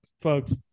folks